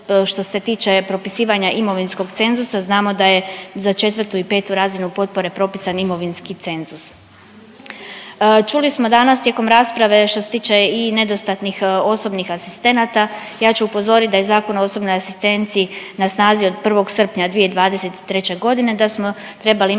što se tiče propisivanja imovinskog cenzusa. Znamo da je za četvrtu i petu razinu potpore propisan imovinski cenzus. Čuli smo danas tijekom rasprave što se tiče i nedostatnih osobnih asistenata, ja ću upozorit da je Zakon o osobnoj asistenciji na snazi od 1. srpnja 2023. godine, da smo trebali imati